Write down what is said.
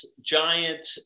giant